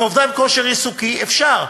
ואובדן כושר עיסוקי, אפשר.